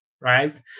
right